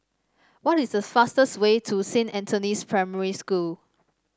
what is the fastest way to Saint Anthony's Primary School